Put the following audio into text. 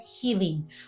healing